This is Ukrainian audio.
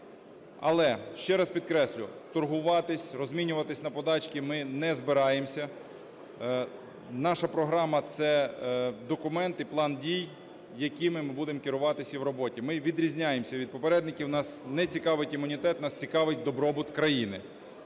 Але ще раз підкреслю, торгуватися, розмінюватися на подачки ми не збираємося, наша програма – це документи, план дій, якими ми будемо керуватися і в роботі. Ми відрізняємося від попередників, нас не цікавить імунітет, нас цікавить добробут країни.